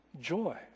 joy